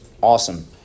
Awesome